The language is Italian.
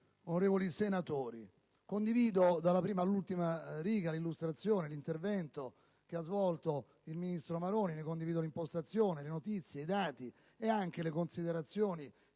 onorevoli senatori, condivido dalla prima all'ultima riga l'intervento svolto dal ministro Maroni. Ne condivido l'impostazione, le notizie, i dati e anche le considerazioni